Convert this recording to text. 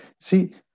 see